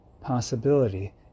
possibility